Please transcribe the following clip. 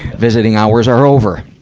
visiting hours are over.